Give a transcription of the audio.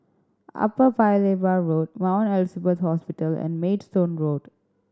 Upper Paya Lebar Road Mount Elizabeth Hospital and Maidstone Road